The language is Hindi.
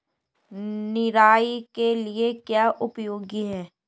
निराई के लिए क्या उपयोगी है?